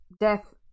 death